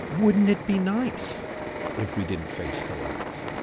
wouldn't it be nice if we didn't face dilemmas,